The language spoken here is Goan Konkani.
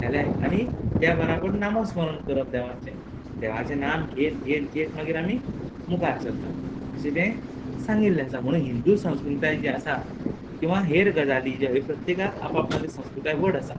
आणी त्या बराबर नामस्मरण करप देवाचें देवाचें नाम घेत घेत घेत मागीर आमी मुखार सरता अशें तें सांगिल्लें आसा म्हुणू हिंदू संस्कृताय जी आसा किंवां हेर गजाली ज्यो हे प्रत्येकाक आपआपणाली संस्कृताय व्हड आसा